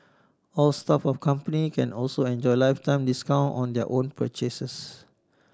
all staff of company can also enjoy lifetime discount on their own purchases